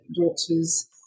daughters